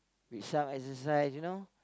read some exercise you know